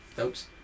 Oops